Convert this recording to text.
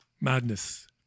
Madness